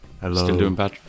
Hello